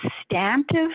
substantive